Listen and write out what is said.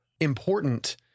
important